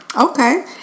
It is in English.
Okay